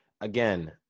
again